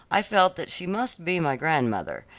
i felt that she must be my grandmother,